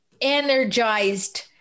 energized